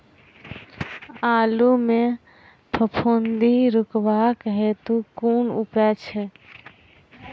आलु मे फफूंदी रुकबाक हेतु कुन उपाय छै?